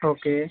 okay